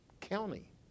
county